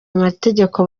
mategeko